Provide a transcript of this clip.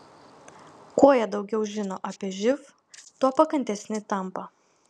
kuo jie daugiau žino apie živ tuo pakantesni tampa